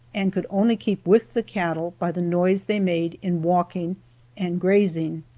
and could only keep with the cattle by the noise they made in walking and grazing.